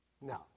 No